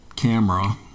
camera